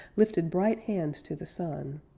lifted bright hands to the sun,